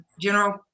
general